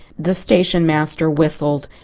the stationmaster whistled.